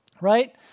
right